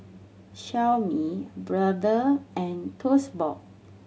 Xiaomi Brother and Toast Box